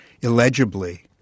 illegibly